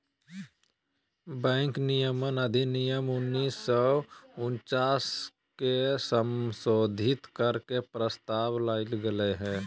bank विनियमन अधिनियम उन्नीस सौ उनचास के संशोधित कर के के प्रस्ताव कइल गेलय